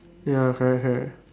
ya correct correct